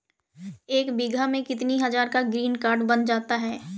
एक बीघा में कितनी हज़ार का ग्रीनकार्ड बन जाता है?